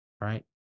right